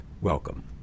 Welcome